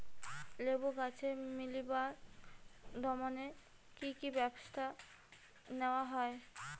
লেবু গাছে মিলিবাগ দমনে কী কী ব্যবস্থা নেওয়া হয়?